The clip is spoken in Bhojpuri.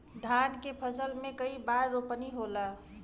धान के फसल मे कई बार रोपनी होला?